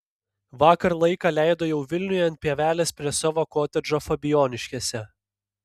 vakar laiką leido jau vilniuje ant pievelės prie savo kotedžo fabijoniškėse